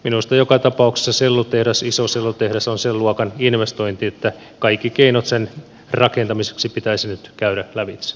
minusta joka tapauksessa sellutehdas iso sellutehdas on sen luokan investointi että kaikki keinot sen rakentamiseksi pitäisi nyt käydä lävitse